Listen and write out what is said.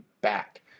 back